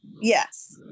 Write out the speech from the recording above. yes